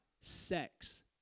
sex